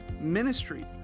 ministry